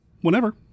whenever